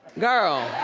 girl.